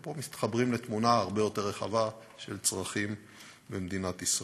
ופה מתחברים לתמונה הרבה יותר רחבה של צרכים במדינת ישראל.